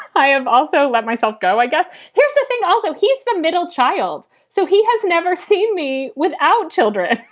i have also let myself go, i guess here's the thing. also, he's the middle child, so he has never seen me without children.